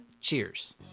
Cheers